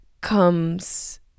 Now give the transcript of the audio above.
comes